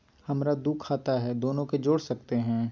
हमरा दू खाता हय, दोनो के जोड़ सकते है?